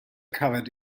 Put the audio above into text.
covered